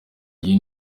iyi